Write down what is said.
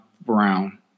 Brown